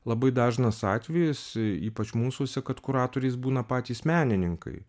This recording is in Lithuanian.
labai dažnas atvejis ypač mūsuose kad kuratoriais būna patys menininkai